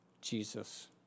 Jesus